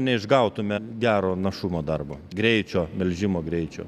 neišgautumėme gero našumo darbo greičio melžimo greičio